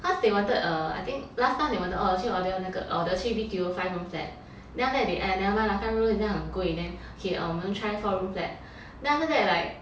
cause they wanted a I think last time they wanted a they 要那个去 B_T_O five room flat then after that they !aiya! never mind lah five room 好像很贵 then okay 我们 try four room flat then after that like